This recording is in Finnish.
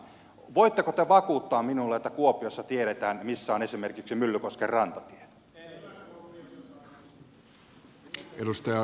voitteko te vakuuttaa minulle että kuopiossa tiedetään missä on esimerkiksi myllykosken rantatie